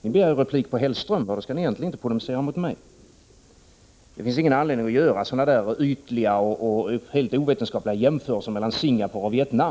Ni begärde replik på Hellströms anförande, och då skall ni egentligen inte polemisera mot mig. Det finns ingen anledning att göra sådana där ytliga och helt ovetenskapliga jämförelser mellan Singapore och Vietnam.